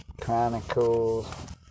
Chronicles